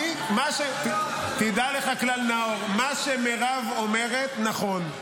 תדע לך כלל, נאור, מה שמירב אומרת נכון.